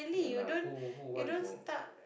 yeah lah who who want to